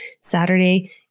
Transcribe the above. Saturday